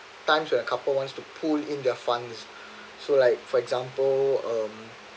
times when a couple wants to pool in their funds so like for example um